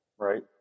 Right